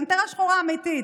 פנתרה שחורה אמיתית,